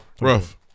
Rough